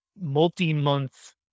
multi-month